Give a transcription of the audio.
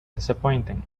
disappointing